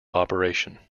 operation